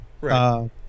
right